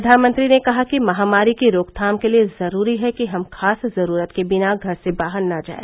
प्रधानमंत्री ने कहा कि महामारी की रोकथाम के लिए जरूरी है कि हम खास जरूरत के बिना घर से बाहर न जाए